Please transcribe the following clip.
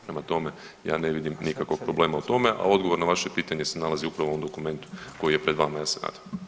Prema tome, ja ne vidim nikakvog problema u tome, a odgovor na vaše pitanje se nalazi upravo u ovom dokumentu koji je pred vama, ja se nadam.